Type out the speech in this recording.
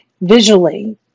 visually